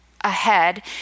ahead